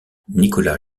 nicolas